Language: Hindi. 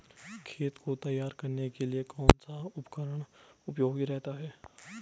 खेत को तैयार करने के लिए कौन सा उपकरण उपयोगी रहता है?